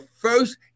first